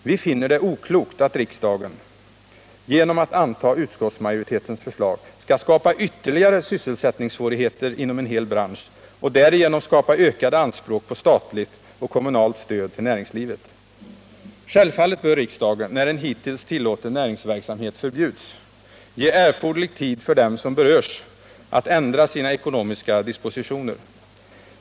Vi finner det oklokt att riksdagen — genom att anta utskottsmajoritetens förslag — skapar ytterligare sysselsättningssvårigheter inom en hel bransch och därigenom skapar ökade anspråk på statligt och kommunalt stöd till näringslivet. Självfallet bör riksdagen, när en hittills tillåten näringsverksamhet förbjuds, ge erforderlig tid för dem som berörs att ändra sina ekonomiska dispositioner.